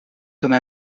comme